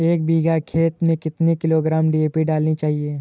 एक बीघा खेत में कितनी किलोग्राम डी.ए.पी डालनी चाहिए?